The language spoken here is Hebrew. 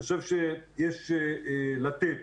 אני חושב שיש לתת